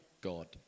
God